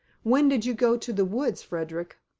when did you go to the woods, frederick?